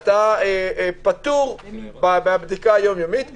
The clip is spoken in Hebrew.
אתה פטור מהבדיקה היום-יומית.